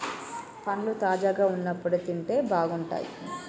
పండ్లు తాజాగా వున్నప్పుడే తింటే మంచిగుంటయ్